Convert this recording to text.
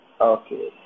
Okay